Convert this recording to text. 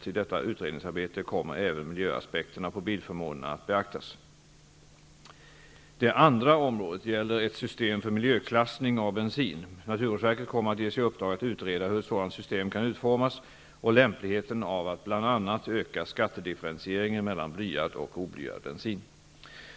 I detta utredningsarbete kommer även miljöaspekterna på bilförmånerna att beaktas. Det andra området gäller ett system för miljöklassning av bensin. Naturvårdsverket kommer att ges i uppdrag att utreda hur ett sådant system kan utformas och lämpligheten av att bl.a.